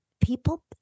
people